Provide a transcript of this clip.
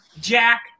Jack